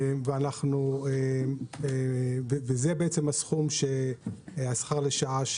זה סכום השכר לשעה,